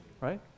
right